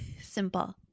Simple